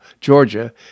Georgia